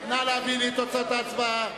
נא להביא לי את תוצאות ההצבעה.